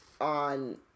on